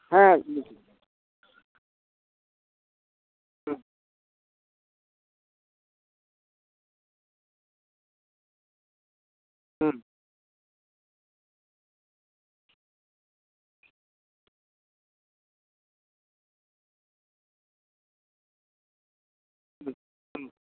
ᱦᱮᱸ ᱦᱩᱸ ᱦᱩᱸ ᱦᱩᱸ ᱦᱩᱸ